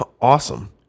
Awesome